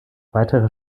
weitere